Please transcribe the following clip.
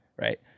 Right